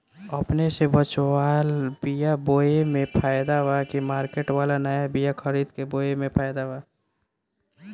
अपने से बचवाल बीया बोये मे फायदा बा की मार्केट वाला नया बीया खरीद के बोये मे फायदा बा?